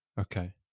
okay